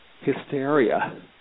hysteria